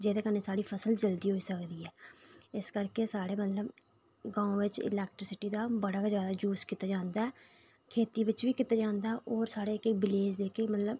जेह्दे कन्नै साढ़ी फसल जल्दी उग्गी सकदी ऐ इस करके साढ़े मतलब गांव बिच इलैक्ट्रिसिटी दा बड़ा गै यूज़ कीता जंदा खेती बिच बी कीता जंदा होर साढ़े जेह्के गलेज़ मतलब